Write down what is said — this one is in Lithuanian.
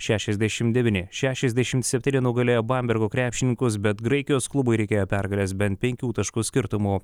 šešiasdešim devyni šešiasdešimt septyni nugalėjo bambergo krepšininkus bet graikijos klubui reikėjo pergalės bent penkių taškų skirtumu